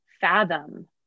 fathom